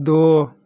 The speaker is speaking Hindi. दो